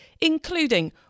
including